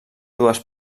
dues